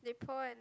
they poor and